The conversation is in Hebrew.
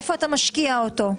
איפה אתה משקיע אותו?